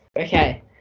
Okay